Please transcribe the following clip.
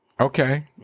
Okay